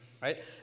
Right